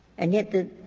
and yet the,